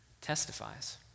testifies